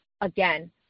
again